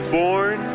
born